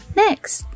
next